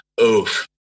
oof